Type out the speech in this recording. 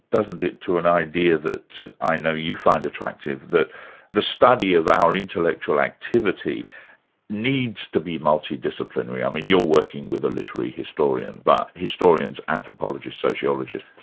doesn't it, to an idea that i know you find attractive, that the study of our intellectual activity needs to be multi-disciplinary. i mean you're working with a literary historian, but historians, anthropologists, sociologists,